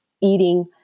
eating